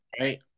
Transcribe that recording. right